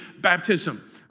baptism